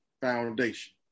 foundation